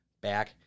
back